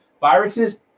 Viruses